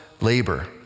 labor